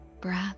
breath